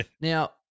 now